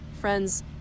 friends